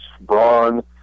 Braun